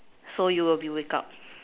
so you will be wake up